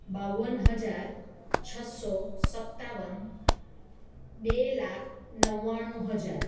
બાવન હજાર છસો સત્તાવન બે લાખ નવ્વાણું હજાર